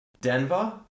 Denver